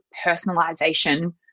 personalization